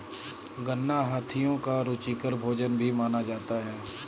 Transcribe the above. गन्ना हाथियों का रुचिकर भोजन भी माना जाता है